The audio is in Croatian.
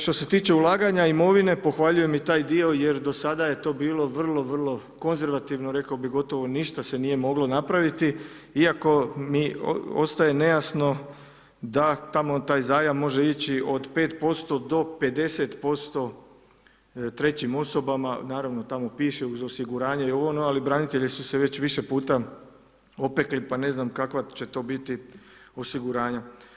Što se tiče ulaganja imovine, pohvaljujem i taj dio jer do sada je to bilo vrlo, vrlo konzervativno, rekao bih gotovo ništa se nije moglo napraviti iako mi ostaje nejasno da tamo taj zajam može ići od 5% do 50% trećim osobama, naravno tamo piše uz osiguranje i ovo, ono, ali branitelji su se već više puta opekli pa ne znam kakva će to biti osiguranja.